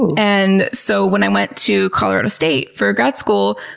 and so when i went to colorado state for grad school,